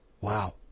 Wow